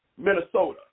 Minnesota